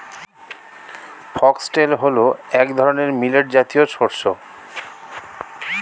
foxtail হল এক ধরনের মিলেট জাতীয় শস্য